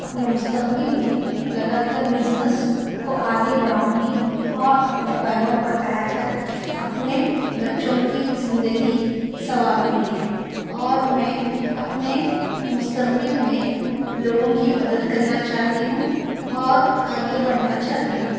اپنے مستقبل میں لگا کر بزنس کو آگے بڑھاؤں گی اور اپنے پیروں پر ٹہر کر اپنے بچوں کی زندگی سنواروں گی اور میں اپنے مستقبل میں لوگوں کی مدد کرنا چاہتی ہوں اور آگے بڑھنا چاہتی ہوں